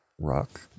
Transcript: rock